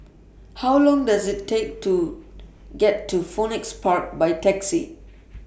How Long Does IT Take to get to Phoenix Park By Taxi